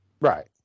Right